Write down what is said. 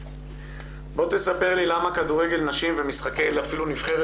בוא תספר לי למה כדורגל נשים ואפילו נבחרת